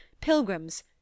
pilgrims